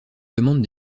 demande